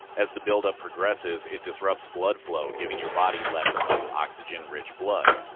as the buildup progresses, it disrupts blood flow, giving your body less and less oxygen-rich blood.